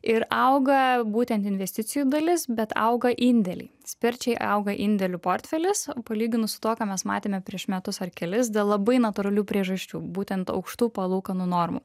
ir auga būtent investicijų dalis bet auga indėliai sparčiai auga indėlių portfelis palyginus su tuo ką mes matėme prieš metus ar kelis dėl labai natūralių priežasčių būtent aukštų palūkanų normų